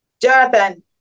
Jonathan